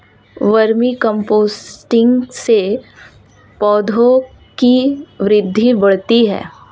vermi composting से पौधों की वृद्धि बढ़ती है